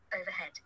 overhead